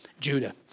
Judah